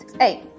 Eight